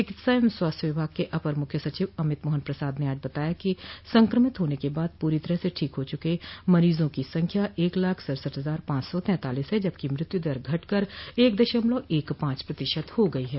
चिकित्सा एवं स्वास्थ्य विभाग के अपर मुख्य सचिव अमित मोहन प्रसाद ने आज बताया कि संक्रमित होने के बाद पूरी तरह स ठीक हो चूके मरीजों की संख्या एक लाख सढ़सठ हजार पॉच सौ तेतालिस है जबकि मृत्यु दर घटकर एक दशमलव एक पाँच प्रतिशत हो गयी है